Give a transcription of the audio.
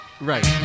Right